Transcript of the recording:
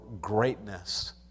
greatness